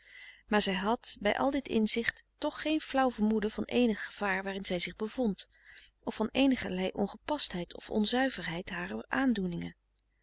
maar zij had bij al dit inzicht toch geen flauw vermoeden van eenig gevaar waarin zij zich bevond of van eenigerlei ongepastheid of onzuiverheid harer aandoeningen